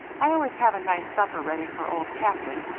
i always have a nice supper ready for old captain,